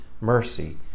mercy